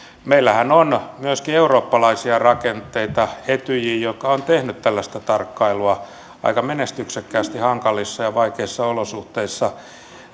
meillähän on myöskin eurooppalaisia rakenteita etyj joka on tehnyt tällaista tarkkailua aika menestyksekkäästi hankalissa ja vaikeissa olosuhteissa